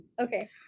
Okay